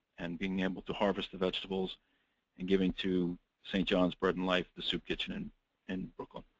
and being able to harvest the vegetables and giving to st. john's bread and life, the soup kitchen in and brooklyn.